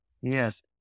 Yes